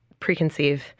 Preconceive